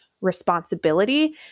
responsibility